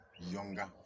younger